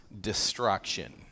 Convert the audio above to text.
destruction